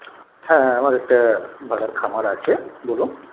হ্যাঁ আমার একটা ভেড়ার খামার আছে বলুন